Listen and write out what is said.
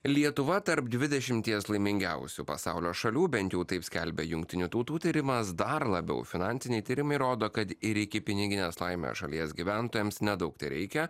lietuva tarp dvidešimties laimingiausių pasaulio šalių bent jau taip skelbia jungtinių tautų tyrimas dar labiau finansiniai tyrimai rodo kad ir iki piniginės laimės šalies gyventojams nedaug tereikia